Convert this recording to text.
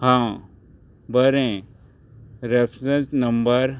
हांव बरें reference number